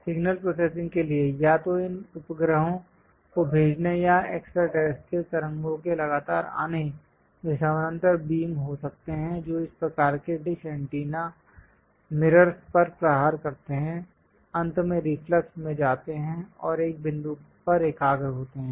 signal processing के लिए या तो इन उपग्रहों को भेजने या एक्स्ट्राटैरेस्ट्रीयल तरंगों के लगातार आने वे समानांतर बीम हो सकते हैं जो इस प्रकार के डिश एंटेना मिरर्स पर प्रहार करते हैं अंत में रिफ्लक्स में जाते हैं और एक बिंदु पर एकाग्र होते हैं